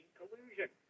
collusion